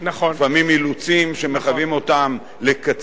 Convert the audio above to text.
לפעמים אילוצים שמחייבים אותם לקצר